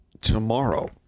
tomorrow